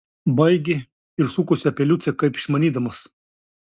baigė ir sukosi apie liucę kaip išmanydamas